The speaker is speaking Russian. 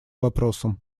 вопросом